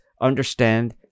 understand